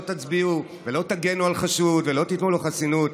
תצביעו ולא תגנו על חשוד ולא תיתנו לו חסינות,